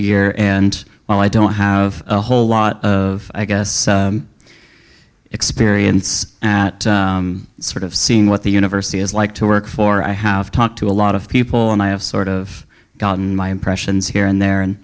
a year and while i don't have a whole lot of experience that sort of seeing what the university is like to work for i have talked to a lot of people and i have sort of gotten my impressions here and there and